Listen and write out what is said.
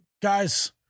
Guys